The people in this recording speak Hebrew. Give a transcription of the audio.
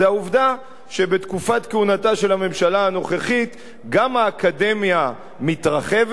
זה העובדה שבתקופת כהונתה של הממשלה הנוכחית גם האקדמיה מתרחבת.